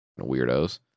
weirdos